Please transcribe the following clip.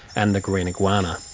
and the green iguana,